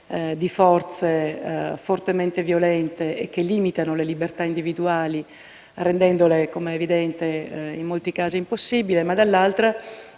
di forze fortemente violente e che limitano le libertà individuali, rendendole, com'è evidente, in molti casi impossibili; dall'altra